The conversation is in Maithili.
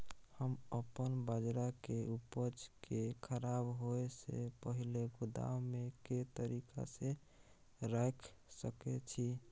हम अपन बाजरा के उपज के खराब होय से पहिले गोदाम में के तरीका से रैख सके छी?